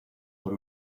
por